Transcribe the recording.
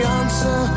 answer